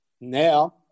Now